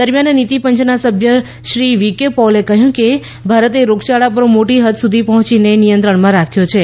દરમિયાન નીતિ પંચના સભ્ય શ્રી વી કે પૌલે કહ્યું કે ભારતે રોગયાળા પર મોટી હદ સુધી પહોચીને નિયંત્રણમાં રાખ્યો છે